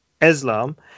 Islam